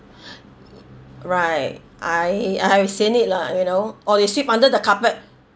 y~ right I I will send it lah you know or it sweep under the carpet